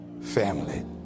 family